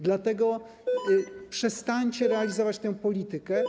Dlatego przestańcie realizować tę politykę.